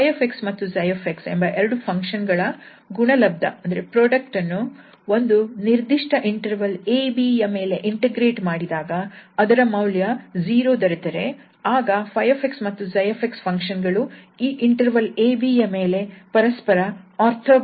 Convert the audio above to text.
𝜙𝑥 ಮತ್ತು 𝜓𝑥 ಎಂಬ ಎರಡು ಫಂಕ್ಷನ್ ಗಳ ಗುಣಲಬ್ಧ ವನ್ನು ಒಂದು ನಿರ್ದಿಷ್ಟ ಇಂಟರ್ವಲ್ 𝑎 𝑏 ಯ ಮೇಲೆ ಇಂಟಿಗ್ರೇಟ್ ಮಾಡಿದಾಗ ಅದರ ಮೌಲ್ಯ 0 ದೊರೆತರೆ ಆಗ 𝜙𝑥 ಮತ್ತು 𝜓𝑥 ಫಂಕ್ಷನ್ ಗಳು ಈ ಇಂಟರ್ವಲ್ 𝑎 𝑏 ಯ ಮೇಲೆ ಪರಸ್ಪರ ಓರ್ಥೋಗೊನಲ್ ಆಗಿವೆ ಎಂದು ಹೇಳುತ್ತೇವೆ